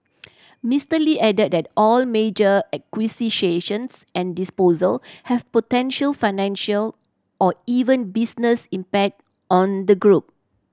Mister Lee added that all major and disposal have potential financial or even business impact on the group